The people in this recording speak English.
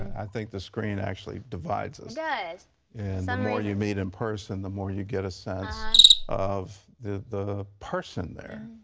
i think the screen actually divides us. the um more you meet in person, the more you get a sense of the the person there.